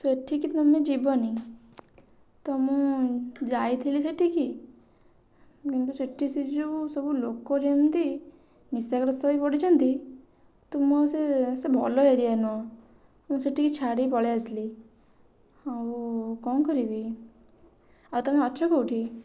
ସେଠିକି ତମେ ଯିବନି ତ ମୁଁ ଯାଇଥିଲି ସେଠିକି କିନ୍ତୁ ସେଠି ସେ ଯେଉଁ ସବୁ ଲୋକ ଯେମିତି ନିଶାଗ୍ରସ୍ତ ହୋଇ ପଡ଼ିଛନ୍ତି ତୁମ ସେ ଭଲ ଏରିଆ ନୁହଁ ମୁଁ ସେଠିକି ଛାଡ଼ି ପଳେଇଆସିଲି ଆଉ କଣ କରିବି ଆଉ ତମେ ଅଛ କେଉଁଠି